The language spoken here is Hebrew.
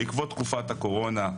בעקבות תקופת הקורונה,